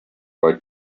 why